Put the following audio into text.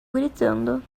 gritando